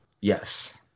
Yes